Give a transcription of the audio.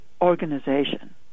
organization